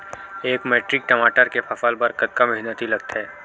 एक मैट्रिक टमाटर के फसल बर कतका मेहनती लगथे?